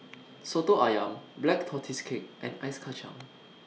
Soto Ayam Black Tortoise Cake and Ice Kachang